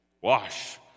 wash